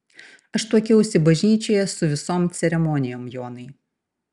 aš tuokiausi bažnyčioje su visom ceremonijom jonai